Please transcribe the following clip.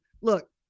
Look